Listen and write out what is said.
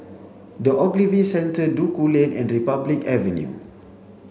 the Ogilvy Centre Duku Lane and Republic Avenue